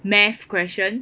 maths question